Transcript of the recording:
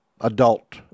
adult